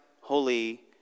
holy